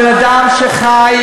בן-אדם שחי,